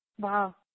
Wow